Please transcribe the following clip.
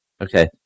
Okay